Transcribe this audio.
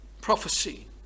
prophecy